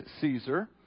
Caesar